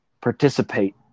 participate